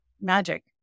magic